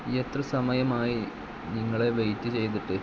എത്ര സമയമായി നിങ്ങളെ വെയിറ്റ് ചെയ്തിട്ട്